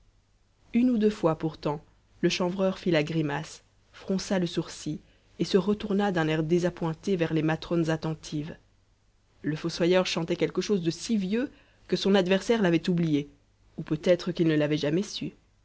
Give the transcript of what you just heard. une ou deux fois pourtant le chanvreur fit la grimace fronça le sourcil et se retourna d'un air désappointé vers les matrones attentives le fossoyeur chantait quelque chose de si vieux que son adversaire l'avait oublié ou peut-être qu'il ne l'avait jamais su